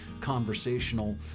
conversational